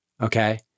okay